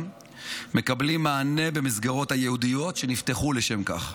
מקבלים מענה במסגרות הייעודיות שנפתחו לשם כך.